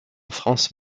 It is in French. france